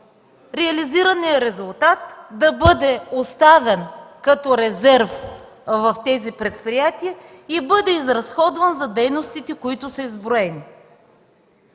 реализираният резултат да бъде оставен като резерв в тези предприятия и бъде изразходван за дейностите, които са изброени.